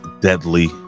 deadly